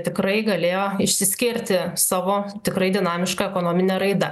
tikrai galėjo išsiskirti savo tikrai dinamiška ekonomine raida